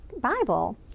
Bible